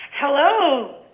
Hello